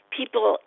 people